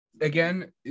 again